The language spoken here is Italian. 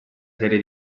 serie